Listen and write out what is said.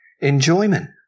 enjoyment